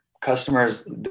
customers